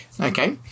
Okay